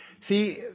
See